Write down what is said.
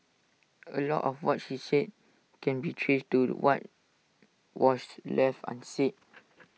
A lot of what she said can be traced to what was left unsaid